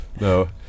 No